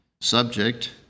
Subject